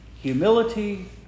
humility